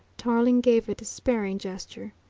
tarling gave a despairing gesture.